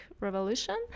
Revolution